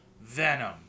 Venom